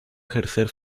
ejercer